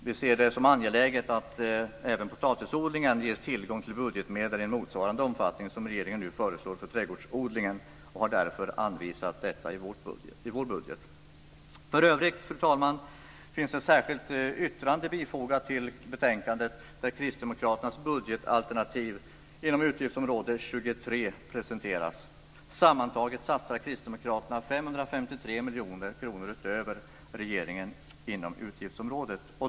Vi ser det som angeläget att även potatisodlingen ges tillgång till budgetmedel i motsvarande omfattning som regeringen nu föreslår för trädgårdsodlingen och har därför anvisat detta i vår budget. För övrigt, fru talman, finns det ett särskilt yttrande fogat till betänkandet där kristdemokraternas budgetalternativ inom utgiftsområde 23 presenteras. Sammantaget satsar kristdemokraterna 553 miljoner kronor utöver regeringen inom utgiftsområdet.